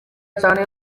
cyane